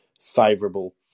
favourable